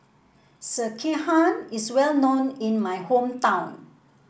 Sekihan is well known in my hometown